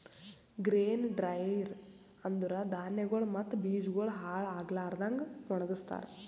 grain dryer ಅಂದುರ್ ಧಾನ್ಯಗೊಳ್ ಮತ್ತ ಬೀಜಗೊಳ್ ಹಾಳ್ ಆಗ್ಲಾರದಂಗ್ ಒಣಗಸ್ತಾರ್